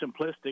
simplistic